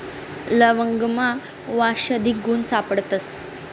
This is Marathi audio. लवंगमा आवषधी गुण सापडतस